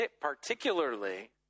particularly